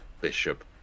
bishop